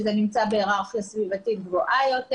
שזה נמצא בהיררכיה סביבתית גבוהה יותר,